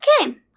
Okay